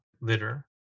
litter